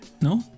No